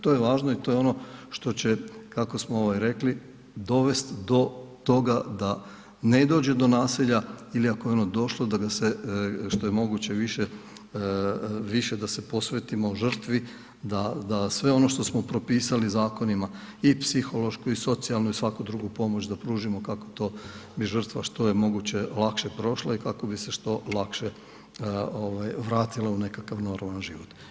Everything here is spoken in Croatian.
To je važno i to je ono što će kako smo rekli, dovesti do toga da ne dođe do nasilja ili ako je ono došlo, da ga se što je moguće više, više da se posvetimo žrtvi, da sve ono što smo propisali zakonima i psihološku i socijalnu i svaku drugu pomoć da pružimo to, kako to bi žrtva što je moguće lakše prošla i kako bi se što lakše vratila u nekakav normalan život.